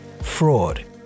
fraud